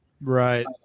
Right